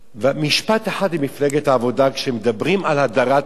משפט אחד למפלגת העבודה: כשמדברים על הדרת נשים,